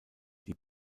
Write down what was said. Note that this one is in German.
die